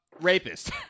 Rapist